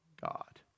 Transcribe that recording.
God